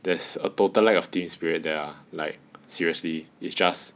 there's a total lack of team spirit there ah like seriously it's just